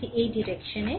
এটি এই ডিরেকশনের